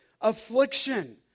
affliction